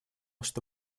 что